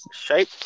shape